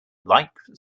like